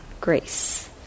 GRACE